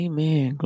Amen